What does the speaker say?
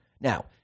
Now